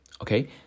okay